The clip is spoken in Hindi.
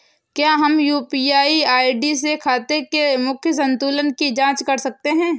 क्या हम यू.पी.आई आई.डी से खाते के मूख्य संतुलन की जाँच कर सकते हैं?